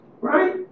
Right